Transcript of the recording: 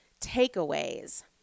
takeaways